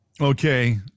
okay